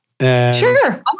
sure